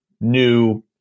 new